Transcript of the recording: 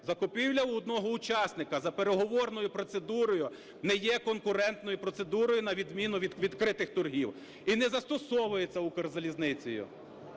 закупівля у одного учасника за переговорною процедурою не є конкурентною процедурою, на відміну від відкритих торгів, і не застосовується "Укрзалізницею".